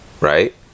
right